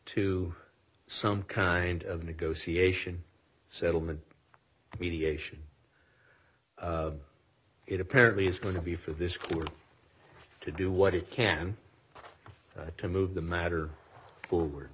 to some kind of negotiation settlement mediation it apparently is going to be for this court to do what it can to move the matter fo